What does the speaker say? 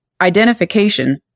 identification